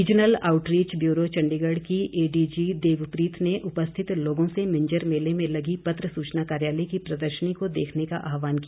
regional outreach bureau Chandigarh की ADG Devpreet ने उपस्थित लोगो से मिंजर मेले में लगी पत्र सूचना कार्यालय की प्रदर्शनी को देखने का आहवान किया